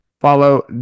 Follow